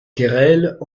querelles